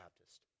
Baptist